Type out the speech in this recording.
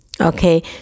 Okay